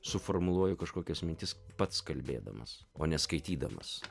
suformuluoju kažkokias mintis pats kalbėdamas o ne skaitydamas